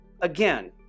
again